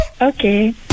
Okay